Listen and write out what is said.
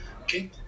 okay